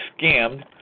scammed